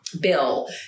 bill